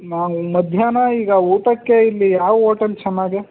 ನಾವು ಮಧ್ಯಾಹ್ನ ಈಗ ಊಟಕ್ಕೆ ಇಲ್ಲಿ ಯಾವ ಓಟೆಲ್ ಚೆನ್ನಾಗಿ